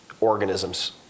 organisms